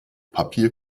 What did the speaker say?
papier